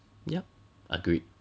yeah agreed